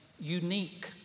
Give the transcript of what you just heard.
unique